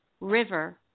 River